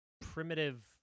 primitive